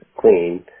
clean